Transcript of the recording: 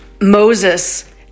Moses